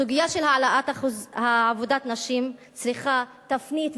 הסוגיה של אחוז עבודת נשים צריכה תפנית,